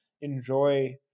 enjoy